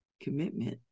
commitment